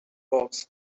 box